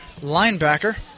linebacker